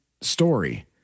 story